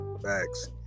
Thanks